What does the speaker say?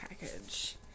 package